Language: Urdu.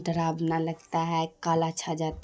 ڈراؤنا لگتا ہے کالا چھا جاتا